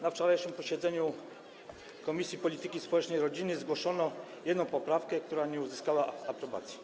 Na wczorajszym posiedzeniu Komisji Polityki Społecznej i Rodziny zgłoszono jedną poprawkę, która nie uzyskała aprobacji.